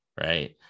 right